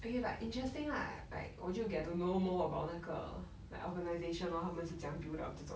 okay like interesting lah like 我就 get to know more about 那个 like organisation lor 他是怎样 build up 这种